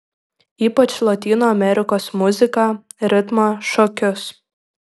ypač lotynų amerikos muziką ritmą šokius